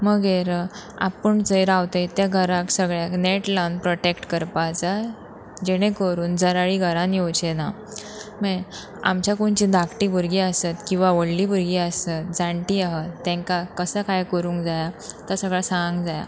मागीर आपूण जंय रावत त्या घराक सगळ्याक नेट लावन प्रोटेक्ट करपा जाय जेणे करून जराळी घरान येवचें ना मागीर आमच्या कोणची धाकटी भुरगीं आसात किंवां व्हडलीं भुरगीं आसात जाणटी आह तांकां कसो कांय करूंक जाय तो सगळें सांगूक जाय